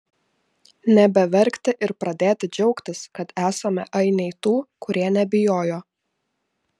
nebeverkti ir pradėti džiaugtis kad esame ainiai tų kurie nebijojo